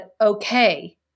okay